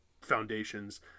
foundations